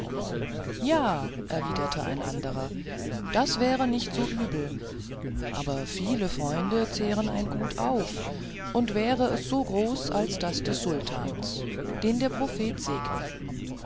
ja erwiderte ein anderer das wäre nicht so übel aber viele freunde zehren ein gut auf und wäre es so groß als das des sultans den der prophet segne